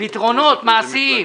פתרונות מעשיים.